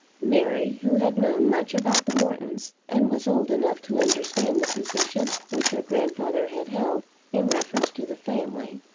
mary, who had known much about the mortons, and was old enough to understand the position which her grandfather had held in reference to the family,